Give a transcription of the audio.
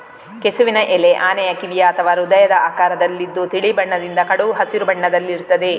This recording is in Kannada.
ಕೆಸುವಿನ ಎಲೆ ಆನೆಯ ಕಿವಿಯ ಅಥವಾ ಹೃದಯದ ಆಕಾರದಲ್ಲಿದ್ದು ತಿಳಿ ಬಣ್ಣದಿಂದ ಕಡು ಹಸಿರು ಬಣ್ಣದಲ್ಲಿರ್ತದೆ